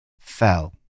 fell